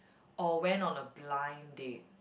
or went on a blind date